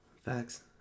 Facts